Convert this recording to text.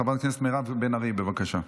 חברת הכנסת מירב בן ארי, בבקשה.